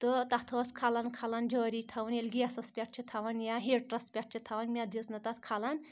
تہٕ تَتھ ٲس کَھلَن کَھلَن جٲری تھاوٕنۍ ییٚلہِ گیسَس پؠٹھ چھِ تھاوان یا ہیٖٹرَس پؠٹھ چھِ تھاوان مےٚ دِژ نہٕ تَتھ کَھلَن